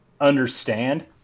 understand